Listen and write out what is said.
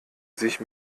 sich